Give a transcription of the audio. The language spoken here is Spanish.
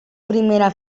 primera